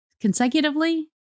Consecutively